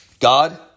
God